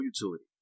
utility